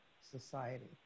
society